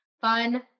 Fun